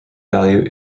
value